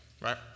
right